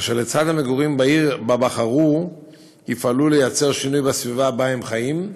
אשר לצד המגורים בעיר שבה בחרו יפעלו לייצר שינוי בסביבה שבה הם חיים,